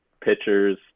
pitchers